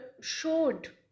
showed